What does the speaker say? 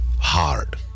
Hard